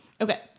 Okay